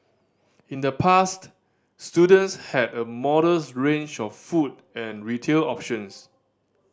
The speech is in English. in the past students had a modest range of food and retail options